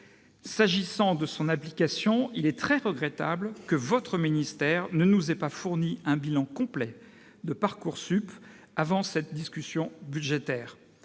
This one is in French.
S'agissant de son application, il est très regrettable que votre ministère ne nous ait pas fourni un bilan complet de Parcoursup avant cette discussion budgétaire.